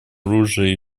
оружие